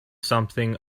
something